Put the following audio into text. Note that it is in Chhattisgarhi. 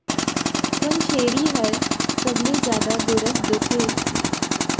कोन छेरी हर सबले जादा गोरस देथे?